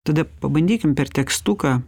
tada pabandykim per tekstuką